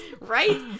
Right